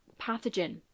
pathogen